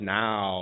now